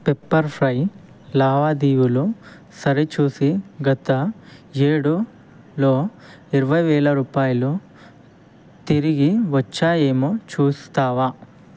pepper fry లావాదేవీలు సరిచూసి గత ఏడులో ఇరవై వేల రూపాయలు తిరిగి వచ్చాయేమో చూస్తావా